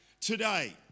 today